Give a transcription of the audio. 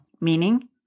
Meaning